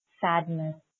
sadness